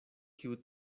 kiu